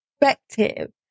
perspective